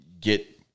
get